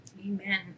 Amen